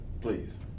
please